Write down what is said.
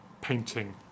painting